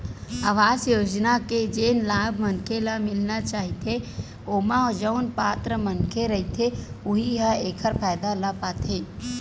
अवास योजना के जेन लाभ मनखे ल मिलना रहिथे ओमा जउन पात्र मनखे रहिथे उहीं ह एखर फायदा ल पाथे